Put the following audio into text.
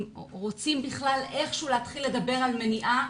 רוצים בכלל איכשהו להתחיל לדבר על מניעה,